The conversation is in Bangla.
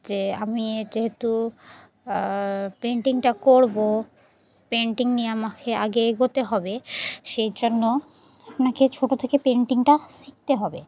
যে আমি যেহেতু পেইন্টিংটা করব পেইন্টিং নিয়ে আমাকে আগে এগোতে হবে সেই জন্য আপনাকে ছোট থেকে পেইন্টিংটা শিখতে হবে